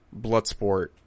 bloodsport